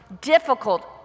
difficult